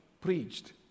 preached